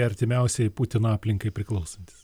artimiausiai putino aplinkai priklausantys